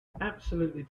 absolutely